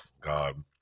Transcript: god